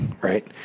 right